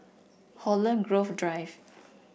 Holland Grove Drive